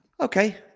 okay